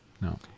No